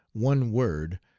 one word,